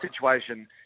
situation